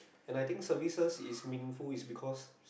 and I think services is meaningful is because